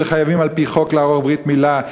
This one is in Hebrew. וחייבים על-פי חוק לערוך ברית-מילה,